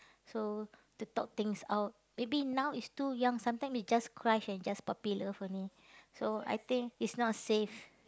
so to talk things out maybe now it's too young sometime is just crush and just puppy love only so I think it's not safe